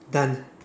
done